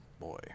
boy